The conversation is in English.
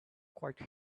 quite